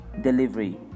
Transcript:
delivery